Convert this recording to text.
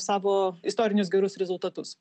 savo istorinius gerus rezultatus